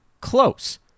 close